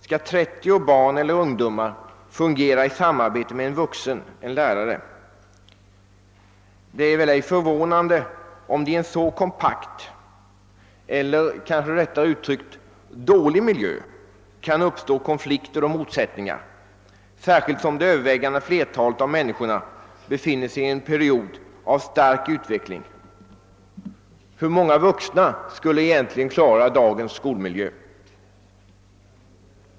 skall 30 barn eller ungdomar fungera i samarbete med en vuxen, en lärare. Det är väl ej förvånande, om det i en så kompakt eller kanske rättare uttryckt dålig miljö kan uppstå konflikter och motsättningar, särskilt som det övervägande flertalet av människorna befinner sig i en period av stark utveckling. Hur många vuxna skulle egentligen klara dagens skolmiljö?